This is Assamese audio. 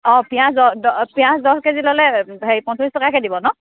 অঁ পিঁয়াজৰ দহ পিঁয়াজ দহ কে জি ল'লে হেৰি পঞ্চল্লিছ টকাকৈ দিব ন